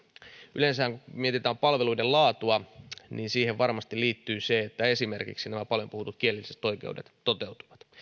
yleensähän kun mietitään palveluiden laatua niin siihen varmasti liittyy se että esimerkiksi nämä paljon puhutut kielelliset oikeudet toteutuvat